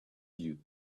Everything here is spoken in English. you